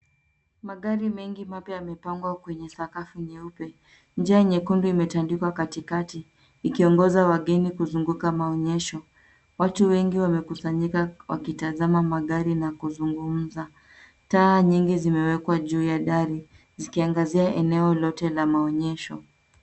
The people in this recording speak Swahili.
Magari mengi mapya yamepangwa kwenye sakafu nyeupe. Njia nyekundu imetandikwa katikati, ikiongoza wageni kuzunguka maonyesho. Watu wengi wamekusanyika wakitazama magari na kuzungumza. Taa nyingi zimewekwa juu ya dari, zikiangazia eneo lote la maonyesho.